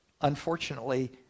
Unfortunately